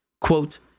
Quote